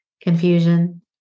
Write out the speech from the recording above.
Confusion